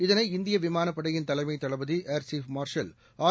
இதனை இந்திய விமானப்படையின் தலைமை தளபதி ஏா் சீஃப் மார்ஷல் ஆர்